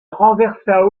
renversa